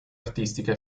artistica